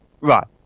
Right